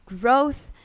growth